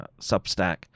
substack